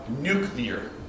nuclear